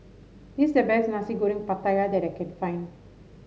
this the best Nasi Goreng Pattaya that I can find